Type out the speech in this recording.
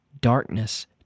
darkness